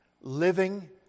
living